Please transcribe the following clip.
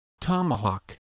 Tomahawk